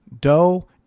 Dough